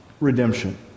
redemption